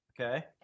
Okay